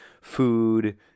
food